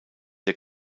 der